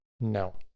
no